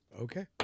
Okay